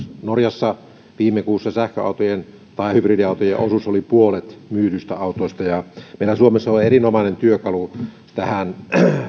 norjassa viime kuussa sähköautojen tai hybridiautojen osuus oli puolet myydyistä autoista meillä suomessa on erinomainen työkalu tähän